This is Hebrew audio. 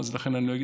אז לכן אני לא אגיד,